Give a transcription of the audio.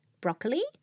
Broccoli